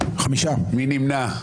מי נמנע?